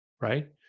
right